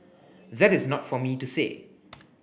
that is not for me to say